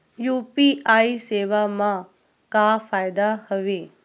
UPI सेवा मा का फ़ायदा हवे?